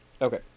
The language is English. Okay